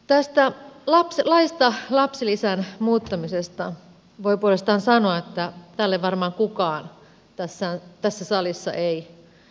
tästä laista lapsilisän muuttamisesta voi puolestaan sanoa että tälle varmaan kukaan tässä salissa ei hurraa